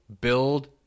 build